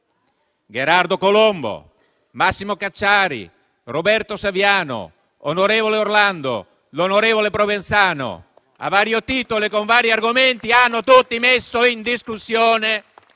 Gherardo Colombo, Massimo Cacciari, Roberto Saviano, l'onorevole Orlando l'onorevole Provenzano, a vario titolo e con vari argomenti hanno tutti messo in discussione